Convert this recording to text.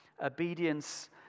obedience